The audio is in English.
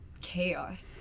chaos